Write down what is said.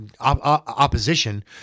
opposition